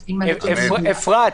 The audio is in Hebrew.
אפרת,